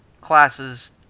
classes